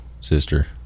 sister